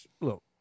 Look